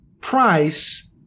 price